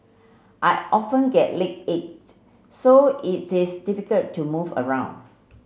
I often get leg ache so it is difficult to move around